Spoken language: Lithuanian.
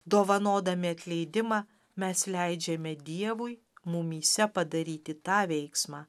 dovanodami atleidimą mes leidžiame dievui mumyse padaryti tą veiksmą